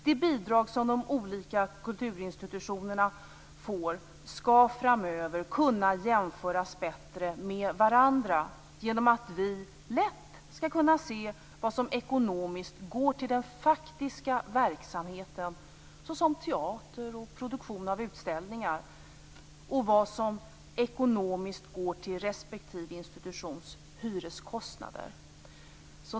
De bidrag som kulturinstitutionerna får skall framöver kunna jämföras bättre med varandra genom att vi lätt skall kunna se vad som ekonomiskt går till den faktiska verksamheten, såsom teater och produktion av utställningar, och vad som ekonomiskt går till respektive institutions hyreskostnader.